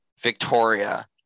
Victoria